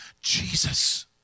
Jesus